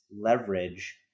leverage